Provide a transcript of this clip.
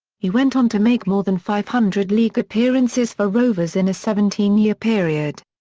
he went on to make more than five hundred league appearances for rovers in a seventeen year period.